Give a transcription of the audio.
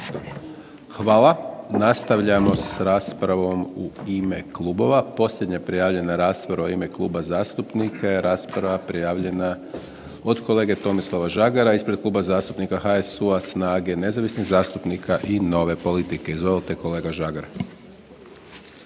Hvala. Nastavljamo s raspravom u ime klubova. Posljednja prijavljena rasprava u ime kluba zastupnika je rasprava prijavljena od kolege Tomislava Žagara, ispred Kluba zastupnika HSU-a, SNAGA-e, nezavisnih zastupnika i Nove politike, izvolite kolega Žagar.